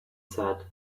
said